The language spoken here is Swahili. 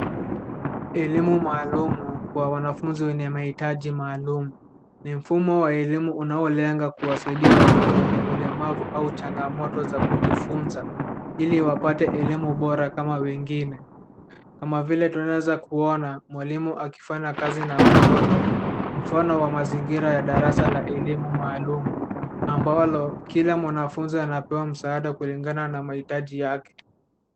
Elimu maalumu kwa wanafunzi wenye mahitaji maalumu. Mfumo wa elimu unaolenga kuwasaidia watoto wenye ulemavu au changamoto za kujifunza ili wapate elimu bora kama wengine. Kama vile tunaweza kuona mwalimu akifanya kazi na watoto mfano wa mazingira ya darasa la elimu maalumu. Ambalo kila mwanafunzi anapewa msaada kulingana na mahitaji yake.